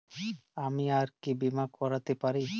আমি আর কি বীমা করাতে পারি?